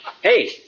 Hey